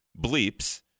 bleeps